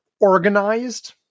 organized